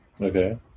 okay